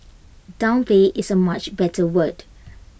downplay is A much better word